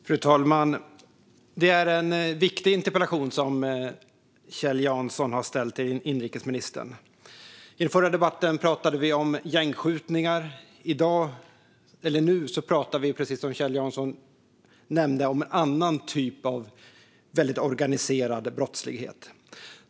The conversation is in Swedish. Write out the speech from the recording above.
Fru talman! Det är en viktig interpellation Kjell Jansson har ställt till inrikesministern. I den förra debatten pratade vi om gängskjutningar, men nu pratar vi om en annan typ av organiserad brottslighet.